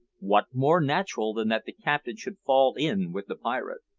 what more natural than that the captain should fall in with the pirate?